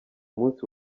munsi